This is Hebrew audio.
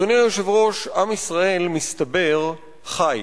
אדוני היושב-ראש, עם ישראל, מסתבר, חי,